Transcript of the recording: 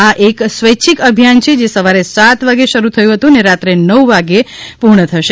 આ એક સ્વૈચ્છિક અભિથાન છે જે સવારે સાત વાગે શરૂ થથું હતું અને રાત્રે નવ વાગે પુર્ણ થશે